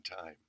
time